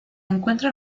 encuentra